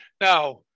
Now